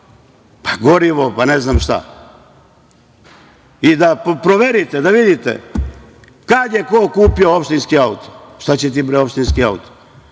pa gorivo, pa ne znam šta. Proverite i vidite kad je ko kupio opštinski auto. Šta će tebi opštinski auto?